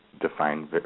defined